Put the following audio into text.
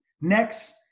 Next